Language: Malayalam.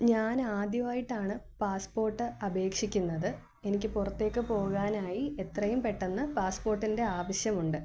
ഞാൻ ആദ്യമായിട്ടാണ് പാസ്പോർട്ട് അപേക്ഷിക്കുന്നത് എനിക്ക് പുറത്തേക്ക് പോകാനായി എത്രയും പെട്ടെന്ന് പാസ്പോർട്ടിൻ്റെ ആവശ്യമുണ്ട്